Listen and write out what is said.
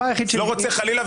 אני לא רוצה חס וחלילה,